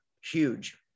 huge